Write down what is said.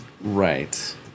Right